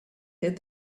hid